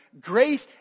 grace